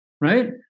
right